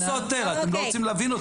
אני לא סותר, אתם לא רוצים להבין אותי.